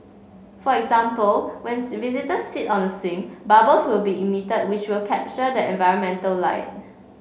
for example when visitor sit on the swing bubbles will be emitted which will capture the environmental light